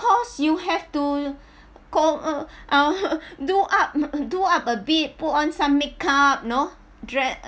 course you have to call uh (uh huh) do up do up a bit put on some make up you know dress